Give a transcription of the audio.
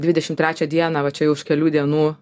dvidešim trečią dieną va čia už kelių dienų